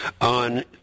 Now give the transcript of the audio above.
on